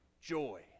Joy